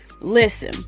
Listen